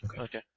Okay